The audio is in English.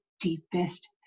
deepest